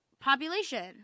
population